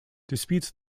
disputes